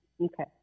Okay